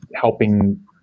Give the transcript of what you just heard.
helping